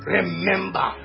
Remember